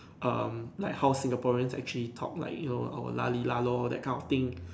um like how Singaporeans actually talk like you know our lah F lah lor that kind of thing